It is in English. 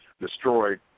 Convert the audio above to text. destroyed